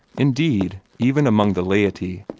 indeed, even among the laity,